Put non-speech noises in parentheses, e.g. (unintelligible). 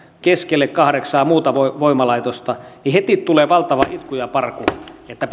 keskelle kahdeksaa muuta voimalaitosta niin heti tulee valtava itku ja parku että (unintelligible)